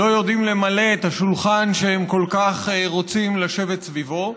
לא יודעים למלא את השולחן שהם כל כך רוצים לשבת סביבו.